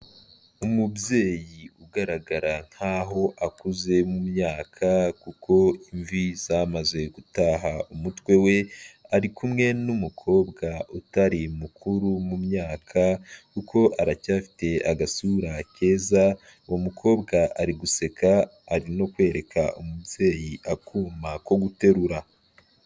Umubyeyi ugaragara nk'aho akuze mu myaka kuko imvi zamaze gutaha umutwe we, ari kumwe n'umukobwa utari mukuru mu myaka kuko aracyafite agasura keza, uwo mukobwa ari guseka ari no kwereka umubyeyi akuma ko guterura.